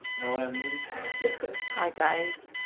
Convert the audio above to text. known what i mean hi guys,